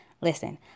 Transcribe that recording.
Listen